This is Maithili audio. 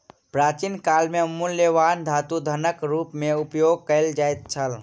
प्राचीन काल में मूल्यवान धातु धनक रूप में उपयोग कयल जाइत छल